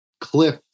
cliff